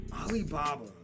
Alibaba